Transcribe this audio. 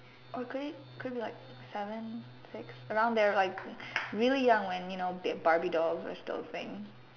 oh could it could it be like seven six around there like really young when you know barbie doll was still a thing